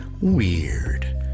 weird